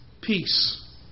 Peace